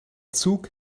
zug